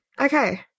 Okay